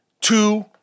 Two